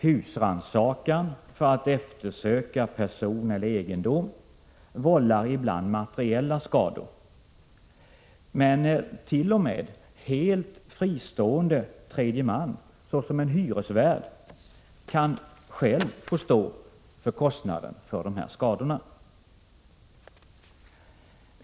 Husrannsakan för att eftersöka person eller egendom vållar ibland materiella skador, men t.o.m. helt fristående tredje man, såsom en hyresvärd, kan själv få stå för kostnaden för skadorna.